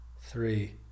three